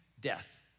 death